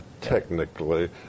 Technically